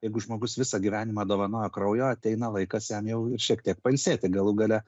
jeigu žmogus visą gyvenimą dovanojo kraujo ateina laikas jam jau ir šiek tiek pailsėti galų gale